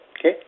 okay